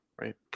Right